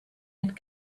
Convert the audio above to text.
had